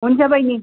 हुन्छ बहिनी